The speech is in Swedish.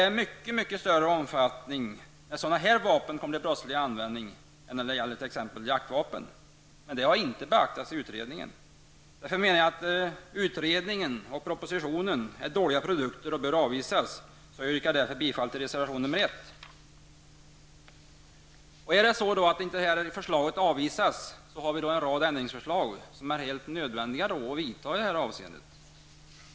Sådana vapen kommer i mycket större omfattning till användning i brottslig verksamhet än t.ex. jaktvapen. Men detta har inte beaktats i utredningen. Därför menar vi att utredningen och propositionen är dåliga produkter och att de bör avvisas. Jag yrkar därför bifall till reservation 1. Om det är så, att inte detta förslag avvisas, har vi en rad förslag till ändringar som är helt nödvändiga att vidta i det här avseendet.